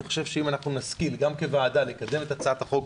אני חושב שאם אנחנו נסכים גם כוועדה לקדם את הצעת החוק,